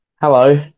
Hello